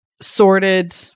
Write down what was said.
sorted